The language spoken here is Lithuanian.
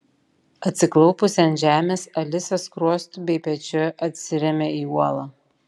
atsiklaupusi ant žemės alisa skruostu bei pečiu atsiremia į uolą